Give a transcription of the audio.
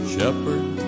Shepherd